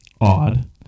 Odd